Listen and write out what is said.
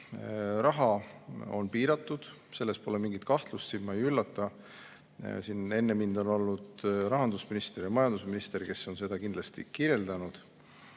raha on piiratud, selles pole mingit kahtlust, siin ma ei üllata [kedagi]. Siin on enne mind olnud rahandusminister ja majandusminister, kes on seda kindlasti kirjeldanud.